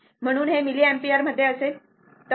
म्हणून हे मिलिअम्पियर असेल